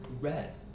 red